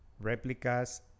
replicas